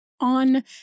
on